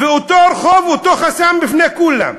ואותו רחוב, אותו חסם, בפני כולם.